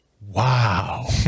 wow